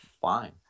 Fine